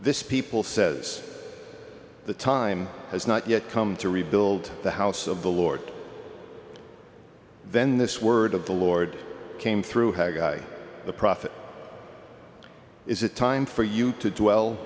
this people says the time has not yet come to rebuild the house of the lord then this word of the lord came through haggai the prophet is it time for you to dwell